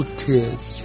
tears